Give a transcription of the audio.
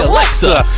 Alexa